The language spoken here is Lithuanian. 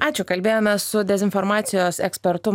ačiū kalbėjome su dezinformacijos ekspertu